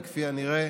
וכפי הנראה